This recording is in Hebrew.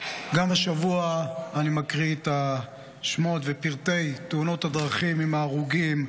גם השבוע אני מקריא את השמות ואת פרטי תאונות הדרכים עם ההרוגים.